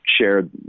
shared